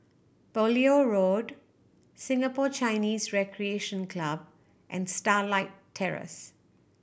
Beaulieu Road Singapore Chinese Recreation Club and Starlight Terrace